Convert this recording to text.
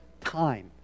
time